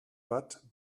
watt